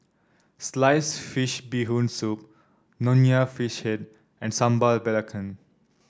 Sliced Fish Bee Hoon Soup Nonya Fish Head and Sambal Belacan